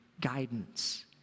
guidance